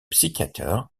psychiater